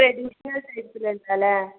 traditional ടൈപ്പിൽ ഉള്ളതല്ലേ